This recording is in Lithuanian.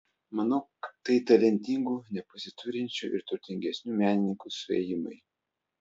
manau tai talentingų nepasiturinčių ir turtingesnių menininkų suėjimai